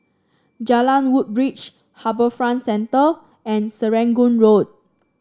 Jalan Woodbridge HarbourFront Center and Serangoon Road